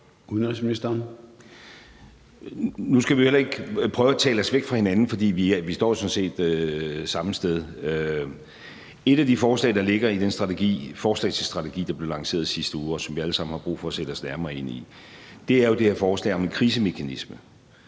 Nu skal vi jo heller ikke prøve at tale os væk fra hinanden, for vi står jo sådan set samme sted. Et af de forslag, der ligger i det forslag til strategi, der blev lanceret sidste uge, og som vi alle sammen har brug for at sætte os nærmere ind i, er jo det her forslag om en krisemekanisme,